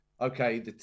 okay